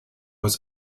was